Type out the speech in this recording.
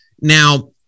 Now